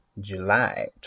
July